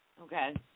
Okay